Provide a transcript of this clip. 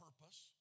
purpose